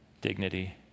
dignity